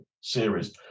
series